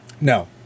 No